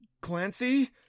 Clancy